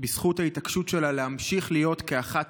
בזכות ההתעקשות שלה להמשיך להיות כאחת